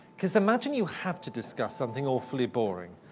because imagine you have to discuss something awfully boring.